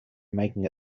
making